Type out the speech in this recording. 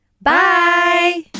Bye